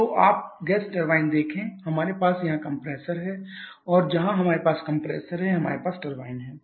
तो आप gas turbine देखें हमारे पास यहाँ कंप्रेसर है और जहाँ हमारे पास कंप्रेसर है हमारे पास टरबाइन है